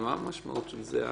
ומה המשמעות של זה אז?